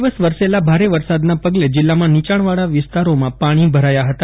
બે દિવસ વરસેલા ભારે વરસાદના પગલે જીલ્લામાં નીચાંણ વાળા વિસ્તારોમાં પાણી ભરાયા ફતા